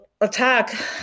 attack